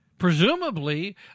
presumably